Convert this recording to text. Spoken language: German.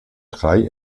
drei